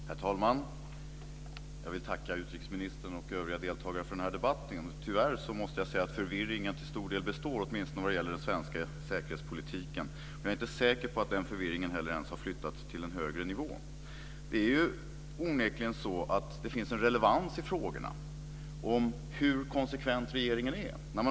Herr talman! Jag vill tacka utrikesministern och övriga deltagare för den här debatten. Tyvärr måste jag säga att förvirringen till stor del består åtminstone vad gäller den svenska säkerhetspolitiken. Jag är inte heller säker på att den förvirringen har flyttats till en högre nivå. Det är onekligen så att det finns en relevans i frågorna om hur konsekvent regeringen är.